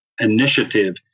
initiative